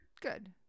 Good